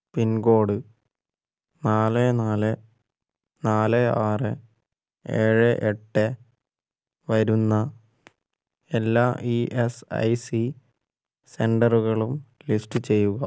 pincode നാല് നാല് നാല് ആറ് ഏഴ് എട്ട് വരുന്ന എല്ലാ ഈ എസ് ഐ സി സെൻറ്ററുകളും ലിസ്റ്റ് ചെയ്യുക